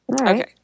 Okay